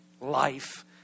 life